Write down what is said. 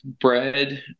bread